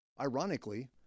Ironically